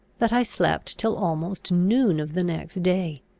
that i slept till almost noon of the next day.